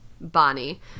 Bonnie